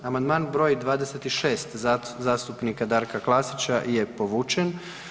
Amandman br. 26. zastupnika Darka Klasića je povučen.